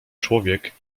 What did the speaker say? człowiek